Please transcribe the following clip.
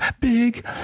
big